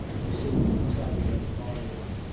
he seemed excited and bothered.